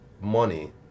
money